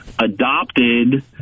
adopted